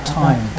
time